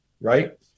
right